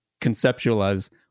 conceptualize